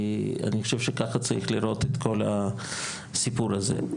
כי אני חושב שככה צריך לראות את כל הסיפור הזה.